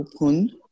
open